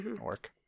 work